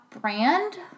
brand